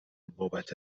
بابت